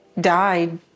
died